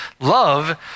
Love